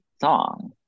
song